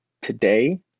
today